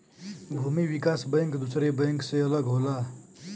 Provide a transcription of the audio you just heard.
भूमि विकास बैंक दुसरे बैंक से अलग होला